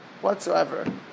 whatsoever